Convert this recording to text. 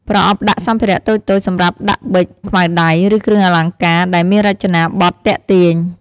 ប្រអប់ដាក់សម្ភារៈតូចៗ សម្រាប់ដាក់ប៊ិច ខ្មៅដៃ ឬគ្រឿងអលង្ការ ដែលមានរចនាបថទាក់ទាញ។